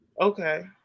Okay